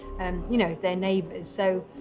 um, you know, their neighbors. so,